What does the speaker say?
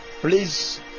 please